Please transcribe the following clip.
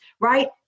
right